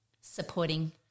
supporting